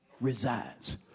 resides